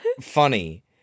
funny